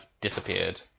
disappeared